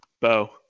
Bo